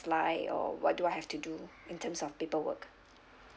like or what do I have to do in terms of paperwork